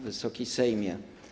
Wysoki Sejmie!